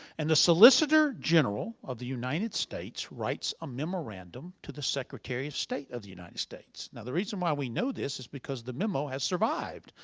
and the solicitor general of the united states writes a memorandum to the secretary of state of the united states. now the reason why we know this is because the memo has survived.